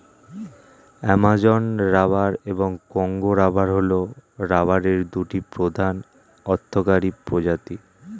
Amazon rubber এবং Congo rubber হল রাবারের দুটি প্রধান অর্থকরী প্রজাতি